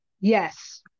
Yes